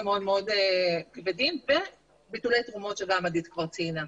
מאוד מאוד כבדים וביטולי תרומות שגם עדית גם ציינה,